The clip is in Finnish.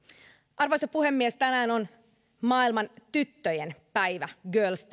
arvoisa puhemies tänään on maailman tyttöjen päivä girls